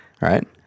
right